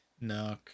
No